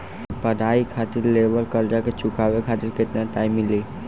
पढ़ाई खातिर लेवल कर्जा के चुकावे खातिर केतना टाइम मिली?